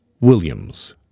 Williams